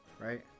right